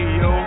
yo